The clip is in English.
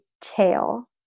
tail